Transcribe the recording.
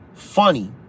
funny